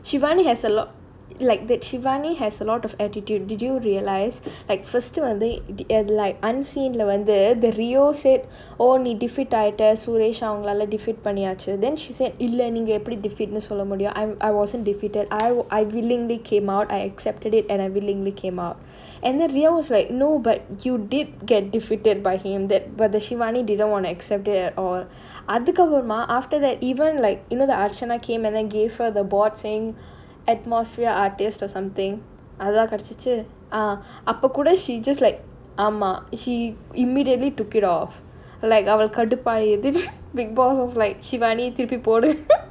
shivani has a lot like the shivani has a lot of attitude did you realize at first வந்து:vanthu like unseen leh வந்து:vanthu the rio said oh நீ:nee defeat ஆயிட்ட:aayitta suresh அவங்களால:avangalaala defeat பண்ணியாச்சு:panniyaachu then she said இல்ல நீங்க எப்படி:illa neenga eppadi defeat சொல்ல முடியும்:solla mudiyum I'm I wasn't defeated I willingly came out I accepted it and unwillingly came up and the rio was like no but you did get defeated by him that but the shivani didn't want to accept it all அதுக்கு அப்புறமா:athukku appuramaa after that even like you know the archana came and then gave her the board saying atmosphere artist or something அதுவா கிடைச்சுச்சு:adhuvaa kidaichuchu ah அப்ப கூட:appa kooda she just like ஆமா:aamaa she immediately took it off like அவள் கடுப்பாயி:aval kaduppaayi bigg boss was like shivani திருப்பி போடு:thiruppi podu